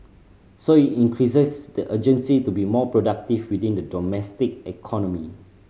so it increases the urgency to be more productive within the domestic economy